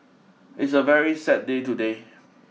it's a very sad day today